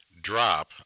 Drop